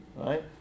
Right